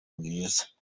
bwiza